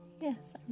Yes